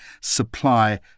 supply